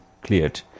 cleared